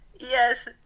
yes